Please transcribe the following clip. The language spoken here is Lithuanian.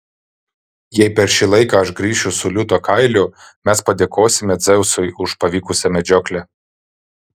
jei per šį laiką aš grįšiu su liūto kailiu mes padėkosime dzeusui už pavykusią medžioklę